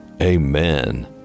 Amen